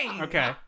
Okay